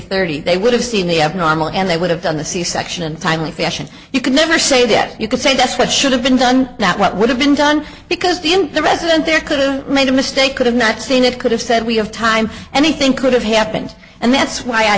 thirty they would have seen the abnormal and they would have done the c section and timely fashion you could never say that you could say that's what should have been done not what would have been done because the in the resident there couldn't made a mistake could have not seen it could have said we have time and the thing could have happened and that's why i